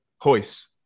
hoist